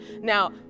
Now